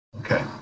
Okay